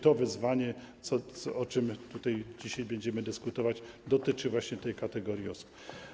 To wyzwanie, o którym dzisiaj będziemy dyskutować, dotyczy właśnie tej kategorii osób.